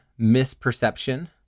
misperception